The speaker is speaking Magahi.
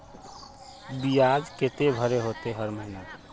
बियाज केते भरे होते हर महीना?